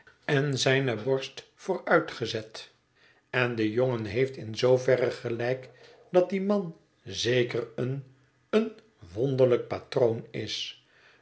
en zijne borst vooruitgezet en de jongen heeft in zooverre gelijk dat die man zeker een een wonderlijk patroon is